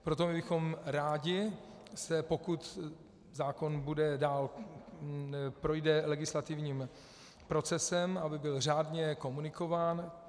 Proto bychom rádi, pokud zákon dál projde legislativním procesem, aby byl řádně komunikován.